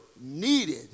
needed